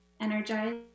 energized